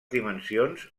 dimensions